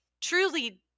truly